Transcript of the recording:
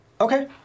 Okay